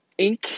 Inc